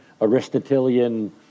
Aristotelian